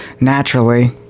naturally